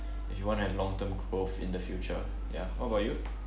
if you want to have long term growth in the future ya what about you